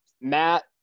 Matt